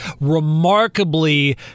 remarkably